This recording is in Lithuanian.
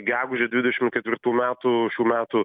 gegužę dvidešim ketvirtų metų šių metų